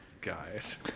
guys